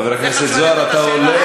חבר הכנסת זוהר, תאפשר לה לדבר,